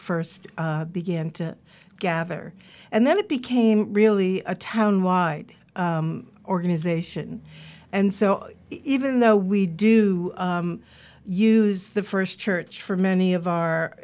first began to gather and then it became really a town why organization and so even though we do use the first church for many of our